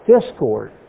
discord